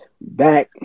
Back